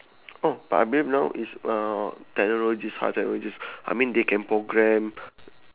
oh but I mean now is uh technologies all that which is I mean they can programme